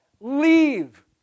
leave